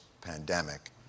pandemic